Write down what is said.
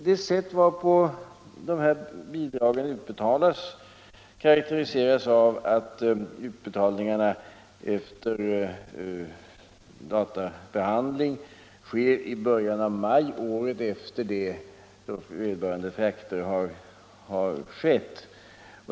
Det sätt varpå de här bidragen utbetalas karakteriseras av att utbetalningarna efter databehandling sker i början av maj året efter det då vederbörande frakter har skett.